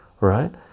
right